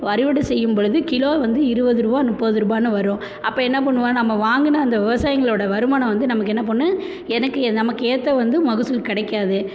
அறுவடை செய்யும் பொழுது கிலோ வந்து இருபதுரூவா முப்பது ரூபாய்னு வரும் அப்போ என்ன பண்ணுவாங்கள் நம்ம வாங்கின அந்த விவசாயிங்களோட வருமானம் வந்து நமக்கு என்ன பண்ணும் எனக்கு எ நமக்கு ஏற்ற வந்து மகசூல் கிடைக்காது